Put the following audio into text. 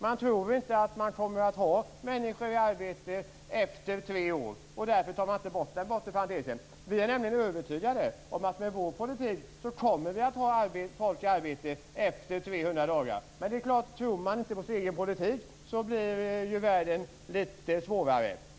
Man tror inte att människor kommer att vara i arbete efter tre år, och därför tar man inte bort den bortre parentesen. Vi är övertygade om att vi med vår politik kommer att ha folk i arbete efter 300 dagar. Tror man inte på sin egen politik blir världen förstås litet svårare.